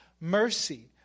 mercy